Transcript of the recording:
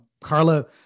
Carla